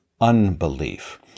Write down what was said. unbelief